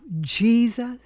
Jesus